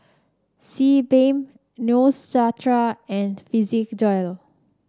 Sebamed Neostrata and Physiogel